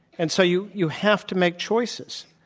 and so you you have to make choices.